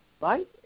Right